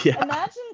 imagine